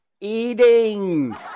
eating